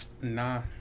nah